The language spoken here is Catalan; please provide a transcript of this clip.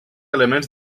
elements